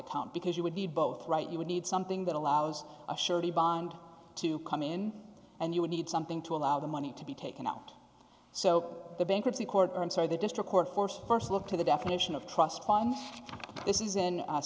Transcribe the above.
account because you would be both right you would need something that allows a surety bond to come in and you would need something to allow the money to be taken out so the bankruptcy court and so the district court force st look to the definition of trust fund this is in